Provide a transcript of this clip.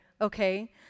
okay